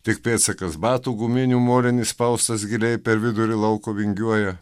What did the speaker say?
tik pėdsakas batų guminių molin įspaustas giliai per vidurį lauko vingiuoja